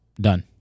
Done